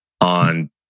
on